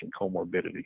comorbidity